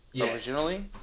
originally